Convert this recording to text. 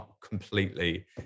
completely